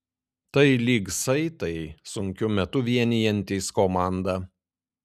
tai lyg saitai sunkiu metu vienijantys komandą